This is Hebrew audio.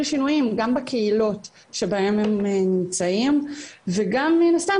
שינויים גם בקהילות שבהן הם נמצאים וגם מן הסתם